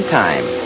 time